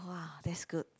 [wah] that's good